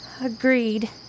Agreed